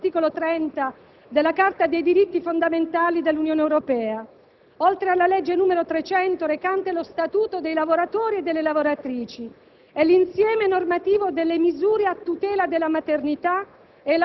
A conclusione del mio intervento, voglio solo ricordare quanto sancito dall'articolo 30 della Carta dei diritti fondamentali dell'Unione Europea, oltre alla legge n. 300 del 1970, recante lo Statuto dei lavoratori e delle lavoratrici,